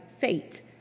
Fate